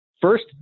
First